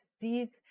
deeds